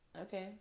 okay